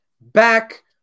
back